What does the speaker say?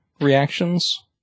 reactions